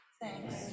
Thanks